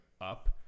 up